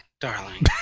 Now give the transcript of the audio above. Darling